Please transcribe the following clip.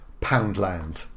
Poundland